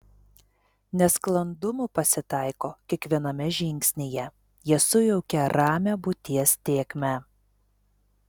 nesklandumų pasitaiko kiekviename žingsnyje jie sujaukia ramią būties tėkmę